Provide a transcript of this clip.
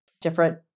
different